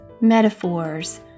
metaphors